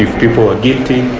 people are guilty,